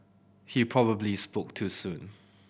he probably spoke too soon